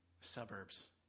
suburbs